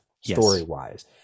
story-wise